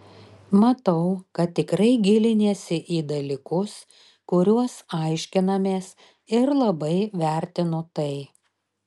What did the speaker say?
matau kad tikrai giliniesi į dalykus kuriuos aiškinamės ir labai vertinu tai